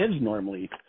normally